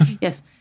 yes